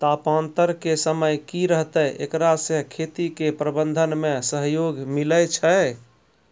तापान्तर के समय की रहतै एकरा से खेती के प्रबंधन मे सहयोग मिलैय छैय?